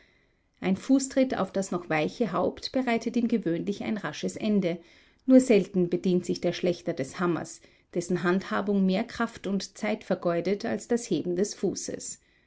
ein fußtritt auf das noch weiche haupt bereitet ihm gewöhnlich ein rasches ende nur selten bedient sich der schlächter des hammers dessen handhabung mehr kraft und zeit verlangt als das heben des fußes